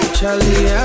Charlie